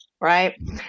right